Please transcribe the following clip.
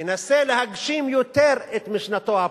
ינסה להגשים יותר את משנתו הפוליטית,